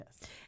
Yes